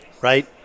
right